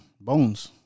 Bones